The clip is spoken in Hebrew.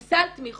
עם סל תמיכות,